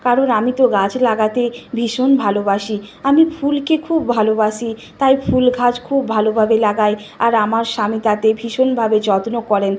কারণ আমি তো গাছ লাগাতে ভীষণ ভালোবাসি আমি ফুলকে খুব ভালোবাসি তাই ফুল গাছ খুব ভালোভাবে লাগাই আর আমার স্বামী তাতে ভীষণভাবে যত্ন করেন